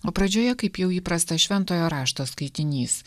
o pradžioje kaip jau įprasta šventojo rašto skaitinys